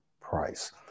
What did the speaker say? price